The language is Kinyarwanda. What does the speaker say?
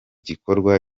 gikorwa